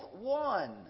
one